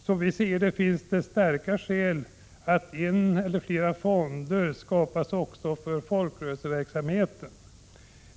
Som vi ser det finns det starka skäl att en eller flera fonder skapas också för folkrörelseverksamheten.